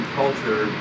culture